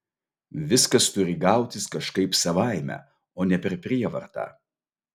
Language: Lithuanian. viskas turi gautis kažkaip savaime o ne per prievartą